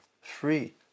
free